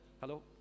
Hello